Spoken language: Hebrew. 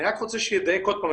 אני רק רוצה שידייק עוד פעם,